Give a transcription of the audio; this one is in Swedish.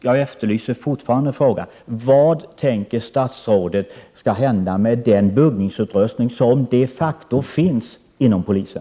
Jag efterlyser fortfarande svaret på frågan om vad statsrådet tycker att det skall hända med den buggningsutrustning som de facto finns hos polisen.